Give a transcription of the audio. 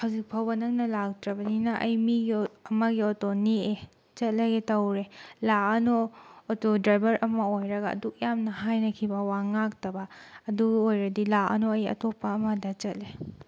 ꯍꯧꯖꯤꯛꯐꯥꯎꯕ ꯅꯪꯅ ꯂꯥꯛꯇ꯭ꯔꯕꯅꯤꯅ ꯑꯩ ꯃꯤꯒꯤ ꯑꯃꯒꯤ ꯑꯣꯇꯣ ꯅꯦꯛꯑꯦ ꯆꯠꯂꯒꯦ ꯇꯧꯔꯦ ꯂꯥꯛꯑꯅꯣ ꯑꯣꯇꯣ ꯗ꯭ꯔꯥꯏꯚꯔ ꯑꯃ ꯑꯣꯏꯔꯒ ꯑꯗꯨꯛ ꯌꯥꯝꯅ ꯍꯥꯏꯅꯈꯤꯕ ꯋꯥ ꯉꯥꯛꯇꯕ ꯑꯗꯨ ꯑꯣꯏꯔꯗꯤ ꯂꯥꯛꯑꯅꯣ ꯑꯩ ꯑꯇꯣꯞꯄ ꯑꯃꯗ ꯆꯠꯂꯦ